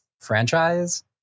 franchise